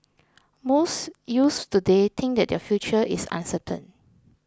most youths today think that their future is uncertain